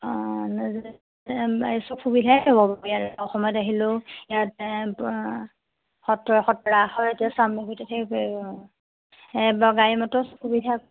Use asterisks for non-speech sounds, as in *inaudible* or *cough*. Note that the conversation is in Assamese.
অঁ এই চব সুবিধাই পাব ইয়াত অসমত আহিলেও ইয়াত সত্ৰ সত্ৰ হয় এতিয়া *unintelligible* গাড়ী মটৰ সুবিধা